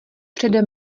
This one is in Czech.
přede